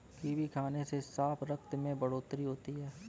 kiwi खाने से साफ रक्त में बढ़ोतरी होती है